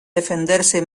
defenderse